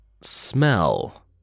smell